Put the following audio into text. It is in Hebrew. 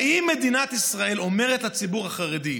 האם מדינת ישראל אומרת לציבור החרדי: